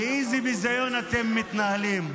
ובאיזה ביזיון אתם מתנהלים.